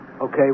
Okay